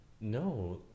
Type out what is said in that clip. No